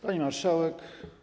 Pani Marszałek!